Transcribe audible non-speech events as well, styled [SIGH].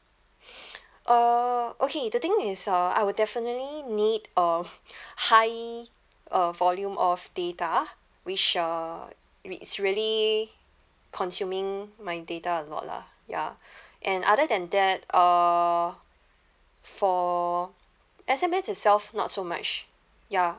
[BREATH] uh okay the thing is uh I will definitely need of high uh volume of data which uh which's really consuming my data a lot lah ya and other than that uh for S_M_S itself not so much ya